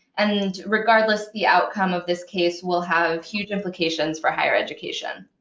and regardless, the outcome of this case will have huge implications for higher education.